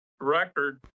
record